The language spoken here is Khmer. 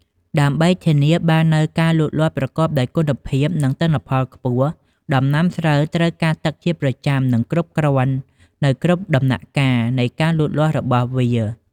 ដើម្បីធានាបាននូវការលូតលាស់ប្រកបដោយគុណភាព និងទិន្នផលខ្ពស់ ដំណាំស្រូវត្រូវការទឹកជាប្រចាំ និងគ្រប់គ្រាន់នៅគ្រប់ដំណាក់កាលនៃការលូតលាស់របស់វា។